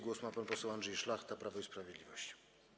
Głos ma pan poseł Andrzej Szlachta, Prawo i Sprawiedliwość.